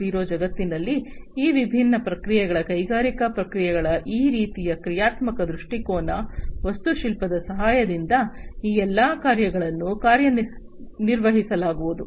0 ಜಗತ್ತಿನಲ್ಲಿ ಈ ವಿಭಿನ್ನ ಪ್ರಕ್ರಿಯೆಗಳ ಕೈಗಾರಿಕಾ ಪ್ರಕ್ರಿಯೆಗಳ ಈ ರೀತಿಯ ಕ್ರಿಯಾತ್ಮಕ ದೃಷ್ಟಿಕೋನ ವಾಸ್ತುಶಿಲ್ಪದ ಸಹಾಯದಿಂದ ಈ ಎಲ್ಲ ಕಾರ್ಯಗಳನ್ನು ನಿರ್ವಹಿಸಲಾಗುವುದು